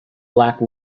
black